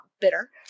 bitter